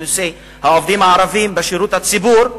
בנושא העובדים הערבים בשירות הציבור,